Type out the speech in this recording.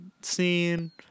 scene